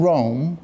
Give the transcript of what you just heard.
Rome